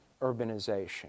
urbanization